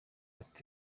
ati